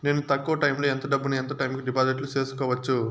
నేను తక్కువ టైములో ఎంత డబ్బును ఎంత టైము కు డిపాజిట్లు సేసుకోవచ్చు?